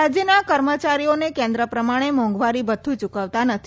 રાજ્યના કર્મચારીઓને કેન્દ્ર પ્રમાણે મોંઘવારી ભથ્થું ચૂકવતા નથી